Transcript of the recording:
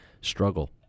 struggle